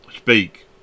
Speak